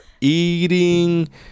Eating